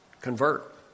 convert